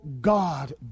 God